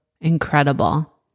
incredible